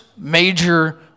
major